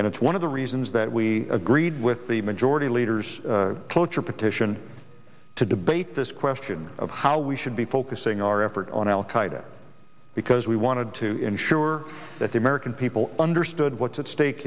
and it's one of the reasons that we agreed with the majority leaders cloture petition to debate this question of how we should be focusing our effort on al qaeda because we wanted to ensure that the american people understood what's at stake